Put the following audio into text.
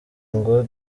ngo